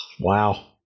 Wow